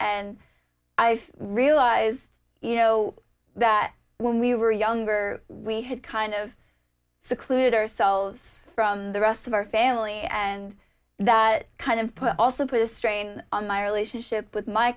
and i realized you know that when we were younger we had kind of seclude ourselves from the rest of our family and that kind of put also put a strain on my relationship with my